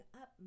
up